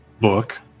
book